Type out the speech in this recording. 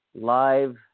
live